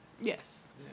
Yes